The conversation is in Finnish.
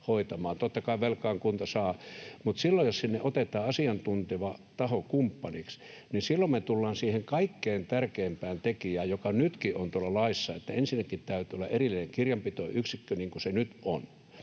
totta kai velkaahan kunta saa. Mutta silloin jos sinne otetaan asiantunteva taho kumppaniksi, niin me tullaan siihen kaikkein tärkeimpään tekijään, joka nytkin on tuolla laissa, että ensinnäkin täytyy olla erillinen kirjanpitoyksikkö, niin kuin nyt on,